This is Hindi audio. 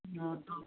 हाँ तो